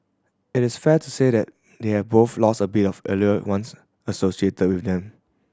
it is fair to say that they have both lost a bit of allure once associated with them